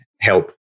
help